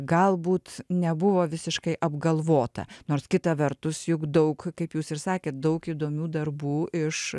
galbūt nebuvo visiškai apgalvota nors kitą vertus juk daug kaip jūs ir sakėt daug įdomių darbų iš